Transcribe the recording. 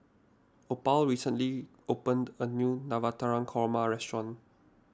Opal recently opened a new Navratan Korma restaurant